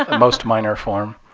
um most minor form,